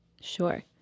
Sure